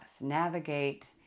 navigate